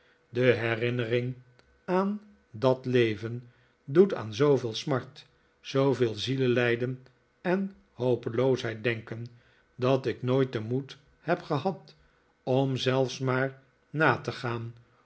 de herinnering aan dat leven doet aan zooveel smart zooveel zielelijcten en hopeloosheid denken dat ik nooit den moed heb gehad om zelfs maar na te gaan